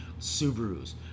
Subarus